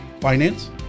finance